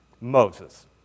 Moses